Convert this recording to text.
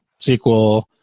SQL